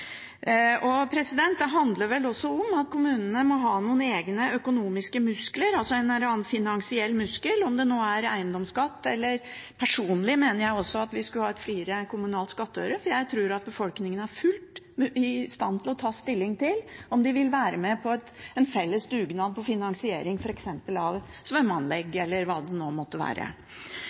Det handler vel også om at kommunene må ha noen egne økonomiske muskler, en eller annen finansiell muskel – om det nå er eiendomsskatt eller, som jeg personlig mener, en friere kommunal skattøre. Jeg tror at befolkningen er fullt i stand til å ta stilling til om de vil være med på en felles dugnad for å finansiere f.eks. et svømmeanlegg, eller hva det nå måtte være.